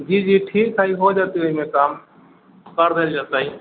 जी जी ठीक हइ हो जेतै ओहिमे कम करि देल जेतै